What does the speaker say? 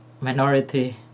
minority